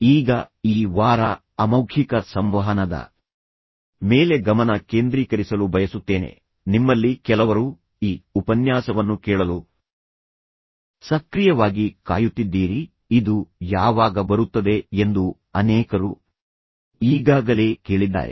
ಈಗ ಈ ವಾರ ಅಮೌಖಿಕ ಸಂವಹನದ ಮೇಲೆ ಗಮನ ಕೇಂದ್ರೀಕರಿಸಲು ಬಯಸುತ್ತೇನೆ ನಿಮ್ಮಲ್ಲಿ ಕೆಲವರು ಈ ಉಪನ್ಯಾಸವನ್ನು ಕೇಳಲು ಸಕ್ರಿಯವಾಗಿ ಕಾಯುತ್ತಿದ್ದೀರಿ ಇದು ಯಾವಾಗ ಬರುತ್ತದೆ ಎಂದು ಅನೇಕರು ಈಗಾಗಲೇ ಕೇಳಿದ್ದಾರೆ